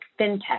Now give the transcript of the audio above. fintech